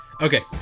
Okay